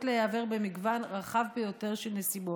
להיעבר במגוון רחב ביותר של נסיבות.